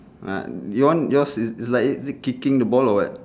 ah your one your is is like is it kicking the ball or what